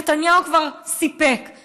נתניהו כבר סיפק,